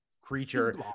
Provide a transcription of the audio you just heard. creature